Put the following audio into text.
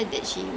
mm